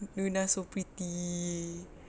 luna so pretty